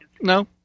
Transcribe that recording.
no